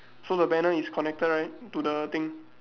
so the banner is connected right to the thing